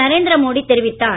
நரேந்திர மோடி தெரிவித்தார்